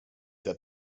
that